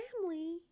family